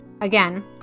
Again